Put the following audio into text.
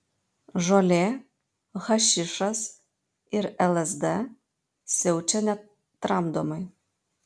žolė hašišas ir lsd siaučia netramdomai